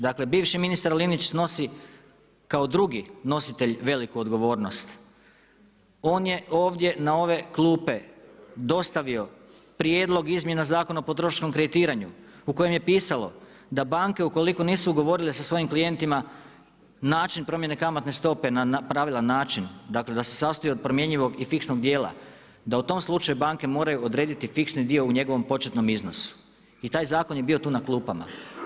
Dakle bivši ministar Linić snosi kao drugi nositelj veliku odgovornost, on je ovdje na ove klupe dostavio Prijedlog izmjena Zakona o potrošačkom kreditiranju u kojem je pisalo da banke ukoliko nisu ugovorile sa svojim klijentima način promjene kamatne stope na pravilan način dakle da se sastoji od promjenjivog i fiksnog djela, da u tom slučaju banke moraju odrediti fiksni dio u njegovom početnom iznosu, i taj zakon je bio tu na klupama.